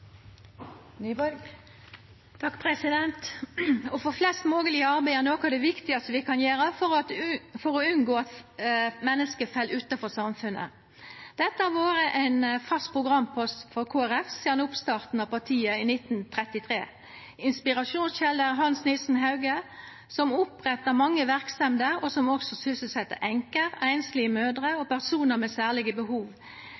noko av det viktigaste vi kan gjera for å unngå at menneske fell utanfor samfunnet. Dette har vore ein fast programpost for Kristeleg Folkeparti sidan oppstarten av partiet i 1933. Inspirasjonskjelda er Hans Nilsen Hauge, som oppretta mange verksemder, og som også sysselsette enkjer, einslege mødrer